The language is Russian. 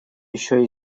еще